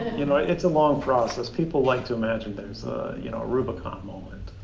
you know, it's a long process. people like to imagine there's a you know rubicon moment.